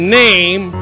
name